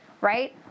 right